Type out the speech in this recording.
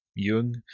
Jung